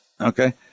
okay